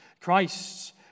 Christ's